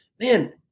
man